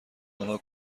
آنها